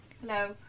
Hello